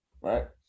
right